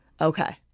Okay